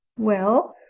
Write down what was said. well,